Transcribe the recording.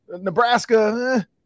nebraska